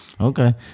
Okay